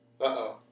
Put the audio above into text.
uh-oh